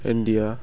India